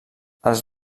els